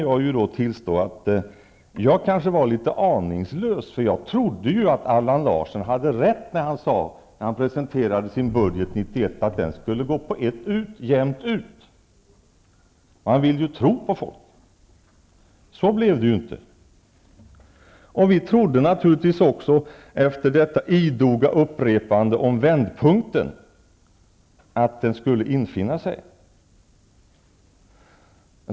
Jag kan tillstå att jag kanske var litet aningslös. Jag trodde nämligen att Allan Larsson hade rätt när han, i samband med att han presenterade sin budget 1991, sade att den skulle gå jämnt ut -- man vill ju tro på folk -- men så blev det inte. Efter det idoga upprepandet om vändpunkten trodde vi naturligtvis att en sådan skulle infinna sig.